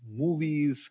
movies